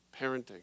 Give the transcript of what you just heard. parenting